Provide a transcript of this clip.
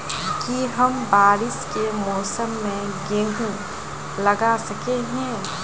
की हम बारिश के मौसम में गेंहू लगा सके हिए?